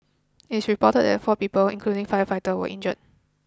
it should reported that four people including firefighter were injured